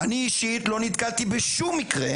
אני אישית לא נתקלתי בשום מקרה,